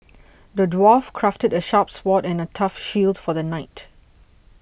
the dwarf crafted a sharp sword and a tough shield for the knight